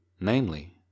namely